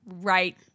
Right